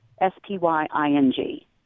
s-p-y-i-n-g